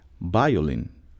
violin